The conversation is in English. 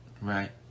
Right